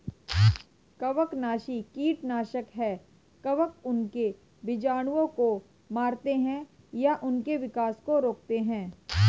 कवकनाशी कीटनाशक है कवक उनके बीजाणुओं को मारते है या उनके विकास को रोकते है